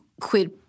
quid